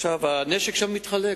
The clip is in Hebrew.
עכשיו, הנשק שם מתחלק.